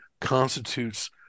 constitutes